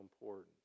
important